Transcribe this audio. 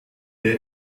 der